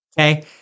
Okay